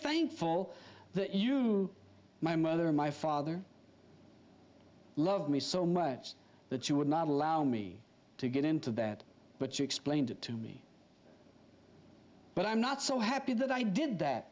thankful that you my mother my father loved me so much that you would not allow me to get into that but you explained it to me but i'm not so happy that i did that